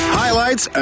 highlights